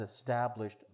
established